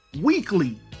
weekly